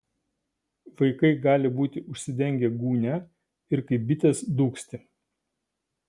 vaikai gali būti užsidengę gūnia ir kaip bitės dūgzti